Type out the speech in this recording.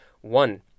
one